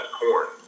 corn